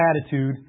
attitude